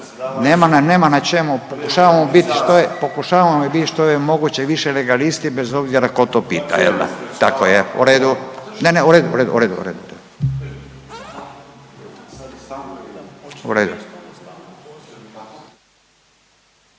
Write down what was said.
Nema na čemu pokušavamo bit što je moguće više legalisti bez obzira ko to pita jel da. Tako je. …/Upadica se ne razumije./… U redu,